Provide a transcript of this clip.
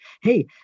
hey